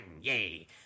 yay